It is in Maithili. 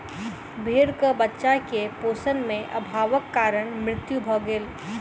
भेड़क बच्चा के पोषण में अभावक कारण मृत्यु भ गेल